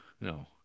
No